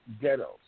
ghettos